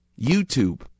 YouTube